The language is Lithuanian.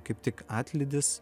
kaip tik atlydis